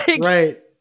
Right